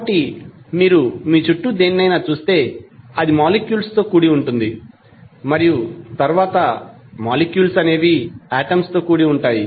కాబట్టి మీరు మీ చుట్టూ దేనినైనా చూస్తే అది మాలిక్యూల్స్ తో కూడి ఉంటుంది మరియు తరువాత మాలిక్యూల్స్ అనేవి ఆటమ్స్ తో కూడి ఉంటాయి